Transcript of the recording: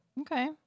Okay